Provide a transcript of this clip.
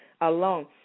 alone